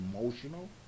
emotional